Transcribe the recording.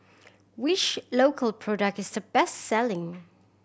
which Iocal product is the best selling